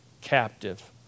captive